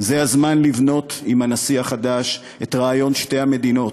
זה הזמן לבנות עם הנשיא החדש את רעיון שתי המדינות,